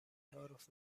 تعارف